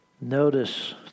notice